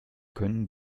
können